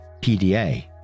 PDA